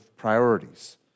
priorities